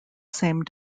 same